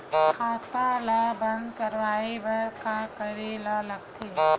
खाता ला बंद करवाय बार का करे ला लगथे?